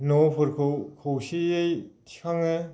न'फोरखौ खौसेयै थिखाङो